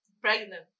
pregnant